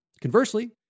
Conversely